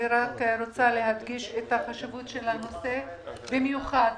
אני רק רוצה להדגיש את החשיבות של הנושא, במיוחד